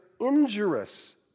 injurious